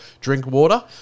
Drinkwater